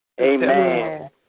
Amen